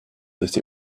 that